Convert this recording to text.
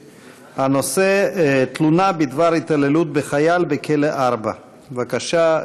הנושא: תלונה בדבר התעללות בחייל בכלא 4. בבקשה,